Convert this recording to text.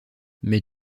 mais